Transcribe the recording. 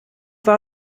war